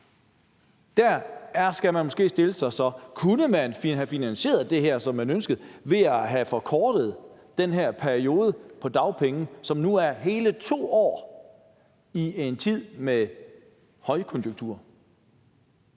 der skal man måske så stille sig spørgsmålet: Kunne man have finansieret det her, som man ønskede, ved at have forkortet den her periode på dagpenge, som nu er hele 2 år, i en tid med højkonjunktur?